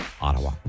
Ottawa